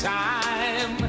time